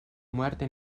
muerte